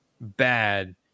bad